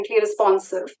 responsive